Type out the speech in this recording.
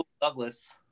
Douglas